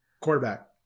Quarterback